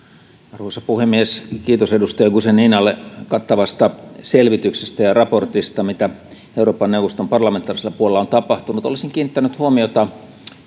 arvoisa puhemies kiitos edustaja guzeninalle kattavasta selvityksestä ja raportista siitä mitä euroopan neuvoston parlamentaarisella puolella on tapahtunut olisin kiinnittänyt huomiota